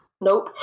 Nope